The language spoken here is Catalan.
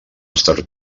estat